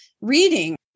reading